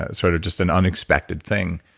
ah sort of just an unexpected thing.